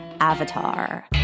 Avatar